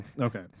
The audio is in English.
Okay